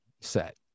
set